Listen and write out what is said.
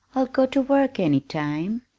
i'll go to work any time,